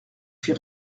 fit